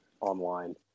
online